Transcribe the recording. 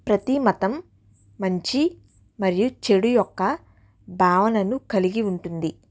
ప్రతీ మతం మంచి మరియు చెడు యొక్క భావనను కలిగి ఉంటుంది